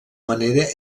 manera